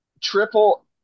Triple